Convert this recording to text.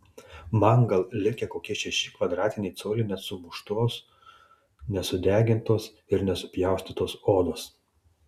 man gal likę kokie šeši kvadratiniai coliai nesumuštos nesudegintos ir nesupjaustytos odos